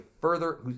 further